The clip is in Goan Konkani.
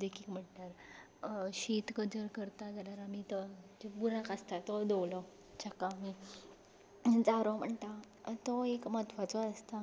देखीक म्हणल्यार शीत जर करता जाल्यार बुराक आसता तो दवलो जाका आमी जारो म्हणटा तो एक म्हत्वाचो आसता